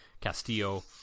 Castillo